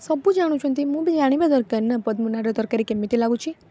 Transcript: ସବୁ ଜାଣୁଛନ୍ତି ମୁଁ ବି ଜାଣିବା ଦରକାର ନା ପଦ୍ମନାଡ଼ ତରକାରୀ କେମିତି ଲାଗୁଛି